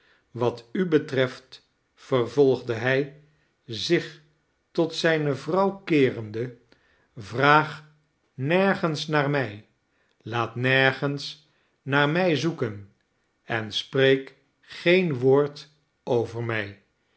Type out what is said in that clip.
wat u betreft vervolgde hij zich tot zijne vrouw keerende vraag nergens naar mij laat nergens naar mij zoeken en spreek geen woord over mij